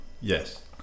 Yes